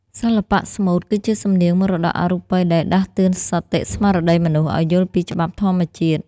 សិល្បៈស្មូតគឺជាសំនៀងមរតកអរូបិយដែលដាស់តឿនសតិស្មារតីមនុស្សឱ្យយល់ពីច្បាប់ធម្មជាតិ។